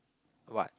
what